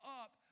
up